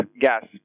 gas